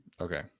Okay